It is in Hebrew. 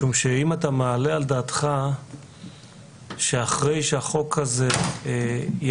משום שאם אתה מעלה על דעתך שאחרי שהחוק הזה יעבור